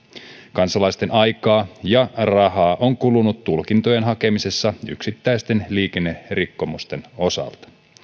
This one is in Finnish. kansalaisten aikaa ja rahaa on kulunut tulkintojen hakemisessa yksittäisten liikennerikkomusten osalta